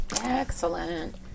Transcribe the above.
Excellent